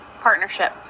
Partnership